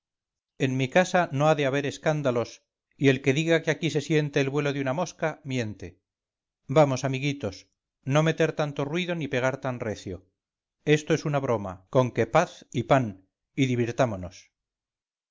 en mi casa no ha de haber escándalos y el que diga que aquí se siente el vuelo de una mosca miente vamos amiguitos no meter tanto ruido ni pegar tan recio esto es una broma conque paz y pan y divirtámonos